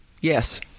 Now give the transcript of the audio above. yes